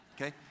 Okay